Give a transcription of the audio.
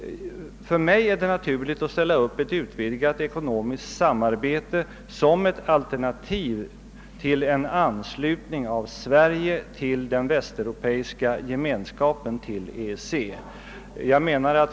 För mig är det naturligt att ställa upp ett nordiskt ekonomiskt samarbete som ett alternativ till en anslutning av Sverige till den västeuropeiska gemenskapen, EEC.